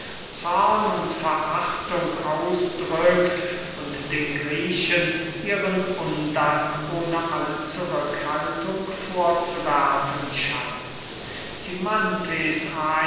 zorn und verachtung ausdrückt und den griechen ihren undank ohne alle zurückhaltung vorzuwerfen scheint